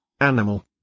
animal